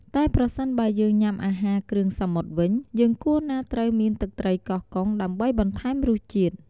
តែប្រសិនបើយើងញុាំអាហារគ្រឿងសមុទ្រវិញ យើងគួរណាត្រូវមានទឹកត្រីកោះកុងដើម្បីបន្ថែមរសជាតិ។